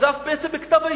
נזף בעצם בכתב-האישום.